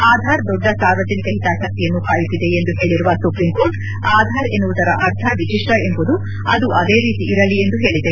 ಆಧಾರ್ ದೊಡ್ಡ ಸಾರ್ವಜನಿಕ ಹಿತಾಸಕ್ತಿಯನ್ನು ಕಾಯುತ್ತಿದೆ ಎಂದು ಹೇಳಿರುವ ಸುಪ್ರೀಂಕೋರ್ಟ್ ಆಧಾರ್ ಎನ್ನುವುದರ ಅರ್ಥ ವಿಶಿಷ್ವ ಎಂಬುದು ಅದು ಅದೇರೀತಿ ಇರಲಿ ಎಂದು ಹೇಳಿದೆ